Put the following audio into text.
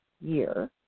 year